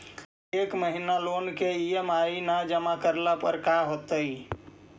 एक महिना लोन के ई.एम.आई न जमा करला पर का होतइ?